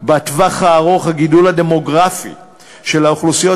בטווח הארוך הגידול הדמוגרפי של האוכלוסיות